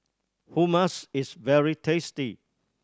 hummus is very tasty